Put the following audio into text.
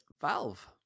Valve